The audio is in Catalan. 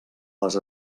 les